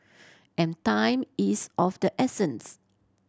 and time is of the essence